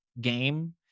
game